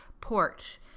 porch